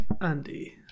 Andy